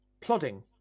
plodding